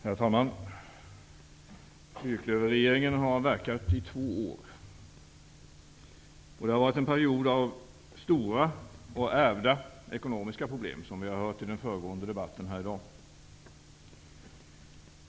Herr talman! Fyrklöverregeringen har verkat i två år. Det har varit en period av stora och ärvda ekonomiska problem, vilket vi har hört i den föregående debatten här i dag.